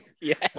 Yes